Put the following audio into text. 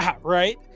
right